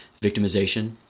victimization